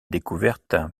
découverte